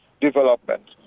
development